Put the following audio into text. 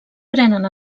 prenen